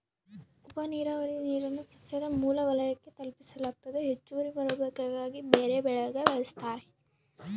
ಉಪನೀರಾವರಿ ನೀರನ್ನು ಸಸ್ಯದ ಮೂಲ ವಲಯಕ್ಕೆ ತಲುಪಿಸಲಾಗ್ತತೆ ಹೆಚ್ಚುವರಿ ಮರುಬಳಕೆಗಾಗಿ ಬೇರೆಬೆಳೆಗೆ ಬಳಸ್ತಾರ